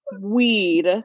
weed